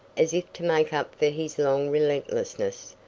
as if to make up for his long relentlessness,